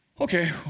okay